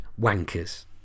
wankers